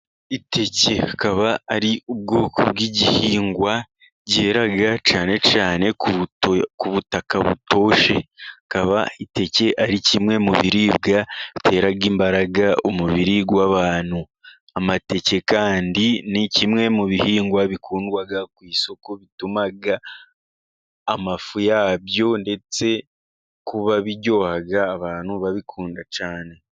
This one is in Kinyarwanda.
Iteke rikaba ari ubwoko bw'igihingwa kera cyane cyane ku butaka butoshye. Rikaba iteke ari kimwe mu biribwa bitera imbaraga umubiri w'abantu. Amateke kandi ni kimwe mu bihingwa bikundwa ku isoko, bituma amafu yabyo ndetse kuba biryoha abantu babikunda cyane.